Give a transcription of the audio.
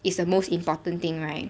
is the most important thing right